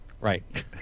right